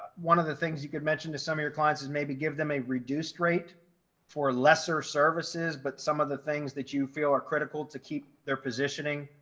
one of the things you could mention to some of your clients is maybe give them a reduced rate for lesser services, but some of the things that you feel are critical to keep their positioning,